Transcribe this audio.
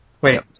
Wait